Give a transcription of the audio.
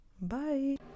Bye